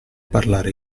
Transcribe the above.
parlare